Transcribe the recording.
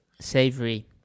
savory